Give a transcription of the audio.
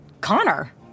Connor